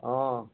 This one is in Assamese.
অঁ